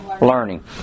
Learning